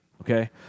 Okay